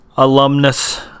alumnus